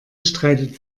streitet